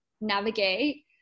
navigate